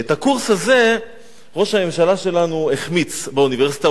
שאת הקורס הזה ראש הממשלה שלנו החמיץ באוניברסיטה,